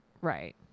Right